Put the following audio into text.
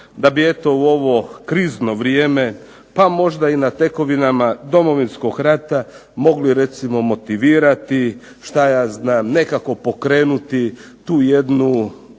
da bi eto u ovo krizno vrijeme pa možda i na tekovinama Domovinskog rata mogli recimo motivirati, šta ja znam nekako pokrenuti tu jednu